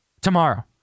tomorrow